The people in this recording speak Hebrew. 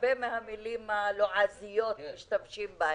הרבה מהמילים הלועזיות משתמשים בהן.